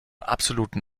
absoluten